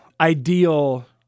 ideal